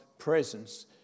presence